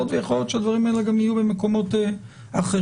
ויכול להיות שהדברים האלה יהיו גם במקומות אחרים.